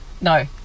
no